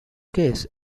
case